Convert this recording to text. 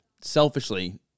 selfishly